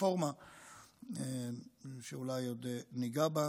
הרפורמה שאולי עוד ניגע בה,